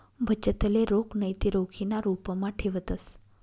बचतले रोख नैते रोखीना रुपमा ठेवतंस